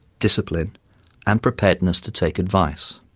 discipline and preparedness to take advice.